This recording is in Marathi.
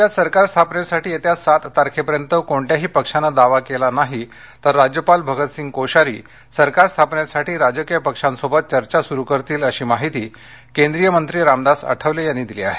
राज्यात सरकार स्थापनेसाठी येत्या सात तारखेपर्यंत कोणत्याही पक्षानं दावा केला नाही तर राज्यपाल भगतसिंग कोश्यारी सरकार स्थापनेसाठी राजकीय पक्षांसोबत चर्चा सुरु करतील अशी माहिती केंद्रीय मंत्री रामदास आठवले यांनी दिली आहे